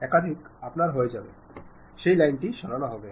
একদা আপনার হয়ে যাবে সেই লাইনটি সরানো হবে